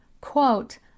quote